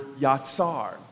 yatsar